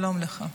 שלום לך.